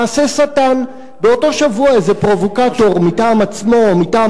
מעשה שטן: באותו שבוע איזה פרובוקטור מטעם עצמו או מטעם